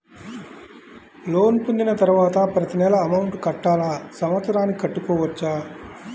Loan పొందిన తరువాత ప్రతి నెల అమౌంట్ కట్టాలా? సంవత్సరానికి కట్టుకోవచ్చా?